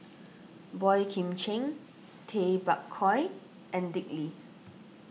Boey Kim Cheng Tay Bak Koi and Dick Lee